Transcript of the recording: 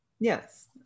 Yes